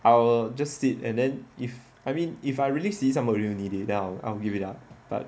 I will just sit and then if I mean if I really see somebody who need it then I'll give it up but